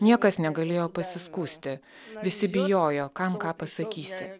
niekas negalėjo pasiskųsti visi bijojo kam ką pasakysi